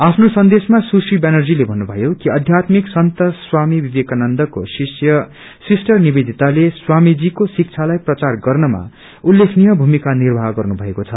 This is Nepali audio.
आफ्नो सन्देशमा सुश्री व्यानर्जीले भन्नुभयो कि आध्यत्मिक संत स्वामी विवेकानन्दको शिष्य सिस्टर निवेदिताले स्वामीजीको शिक्षालाइ प्रचार गर्नमा उल्लेखनीय भूमिका निवौह गन्नु भएको छ